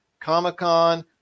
Comic-Con